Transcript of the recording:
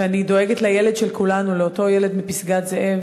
ואני דואגת לילד של כולנו, לאותו ילד מפסגת-זאב,